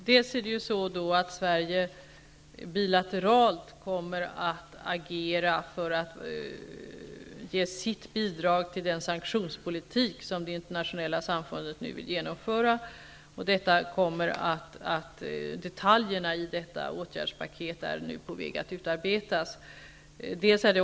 Herr talman! Sverige kommer att agera bilateralt för att ge sitt bidrag till den sanktionspolitik som det internationella samfundet nu vill genomföra. Detaljerna i detta åtgärdspaktet är på väg att utarbetas.